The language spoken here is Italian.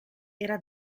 era